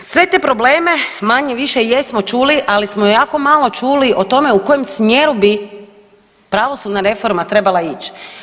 Sve te probleme manje-više jesmo čuli, ali smo jako malo čuli o tome u kojem smjeru bi pravosudna reforma trebala ić.